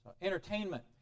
Entertainment